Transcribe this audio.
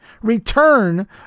return